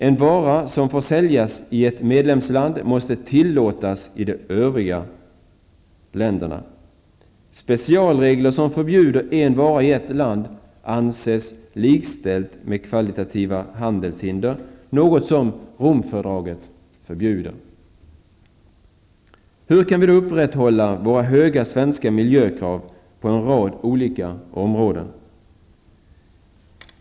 En vara som får säljas i ett medlemsland måste tillåtas i de övriga länderna. Specialregler som förbjuder en vara i ett land anses likställda med kvantitativa handelshinder, något som Romfördraget förbjuder. Hur kan vi då upprätthålla våra höga svenska miljökrav på en rad olika områden?